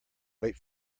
wait